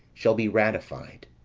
shall be ratified.